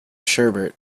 sherbet